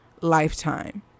Lifetime